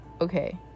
Okay